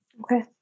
Okay